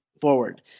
forward